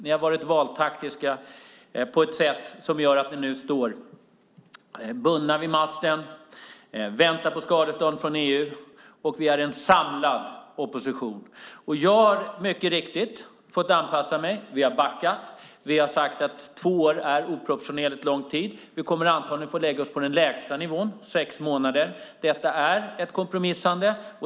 Ni har varit valtaktiska på ett sätt som gör att ni nu står bundna vid masten och väntar på skadeståndsbeslut från EU. Vi är en samlad opposition. Jag har mycket riktigt fått anpassa mig. Vi har backat. Vi har sagt att två år är oproportionerligt lång tid. Vi kommer antagligen att få lägga oss på den lägsta nivån, sex månader. Det är ett kompromissande.